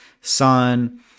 sun